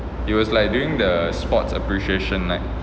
it was like during the sports appreciation night